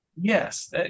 Yes